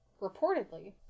reportedly